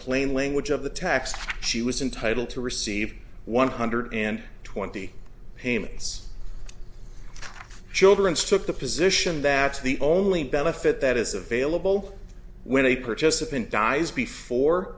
plain language of the tax she was entitled to receive one hundred and twenty payments children's took the position that the only benefit that is available when a participant dies before